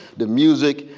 the music,